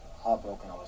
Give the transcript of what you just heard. heartbroken